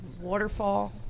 waterfall